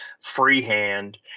freehand